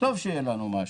טוב שיהיה לנו משהו,